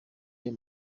ayo